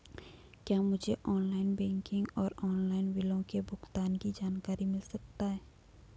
क्या मुझे online banking और ऑनलाइन बिलों के भुगतान की जानकारी मिल सकता है?